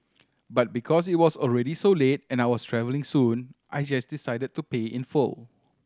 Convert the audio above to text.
but because it was already so late and I was travelling soon I just decided to pay in full